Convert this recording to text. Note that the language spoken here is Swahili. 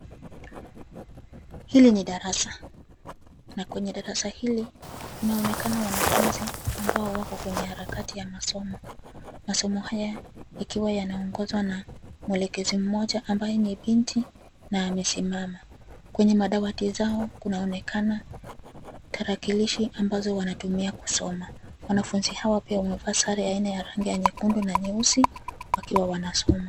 Hili ni darasa, na kwenye darasa hili, kunaonekana wanafunzi, ambao wako kwenye harakati ya masomo, masomo haya, ikiwa yanaoongozwa na, mwelekezi mmoja ambaye ni binti, na amesimama, kwenye madawati zao kunaonekana, tarakilishi ambazo wanatumia kusoma, wanafunzi hawa pia wamevaa sare ya aina ya rangi ya nyekundu na nyeusi, wakiwa wanasoma.